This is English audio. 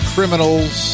Criminals